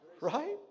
Right